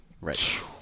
Right